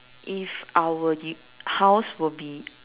if our u~ house will be